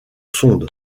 sonde